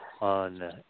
on